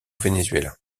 venezuela